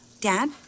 Dad